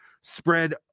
spread